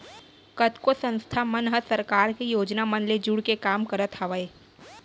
कतको संस्था मन ह सरकार के योजना मन ले जुड़के काम करत हावय